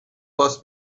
باس